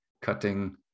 cutting